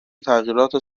تغییرات